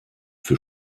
für